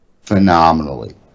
phenomenally